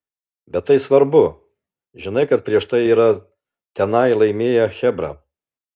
bet tai svarbu žinai kad prieš tai yra tenai laimėję chebra